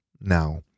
now